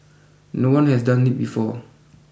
no one has done it before